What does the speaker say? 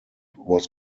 was